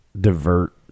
divert